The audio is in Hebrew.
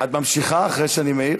את ממשיכה, אחרי שאני מעיר?